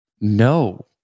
no